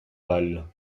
bal